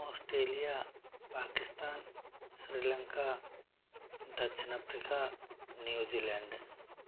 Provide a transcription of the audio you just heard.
Australia Pakistan Sri Lanka दक्षिण Africa New Zealand